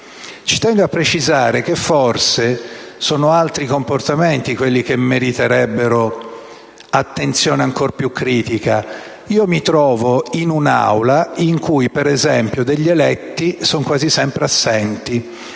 occupato quest'Aula, che forse sono altri i comportamenti che meriterebbero un'attenzione ancor più critica. Io mi trovo in un'Aula in cui, per esempio, degli eletti sono quasi sempre assenti